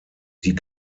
die